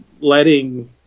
letting